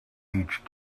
each